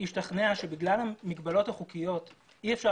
ישתכנע שבגלל המגבלות החוקיות אי אפשר